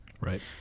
Right